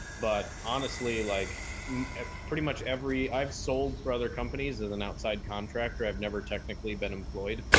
but honestly, like pretty much every i've sold for other companies as an outside contractor, i've never technically been employed.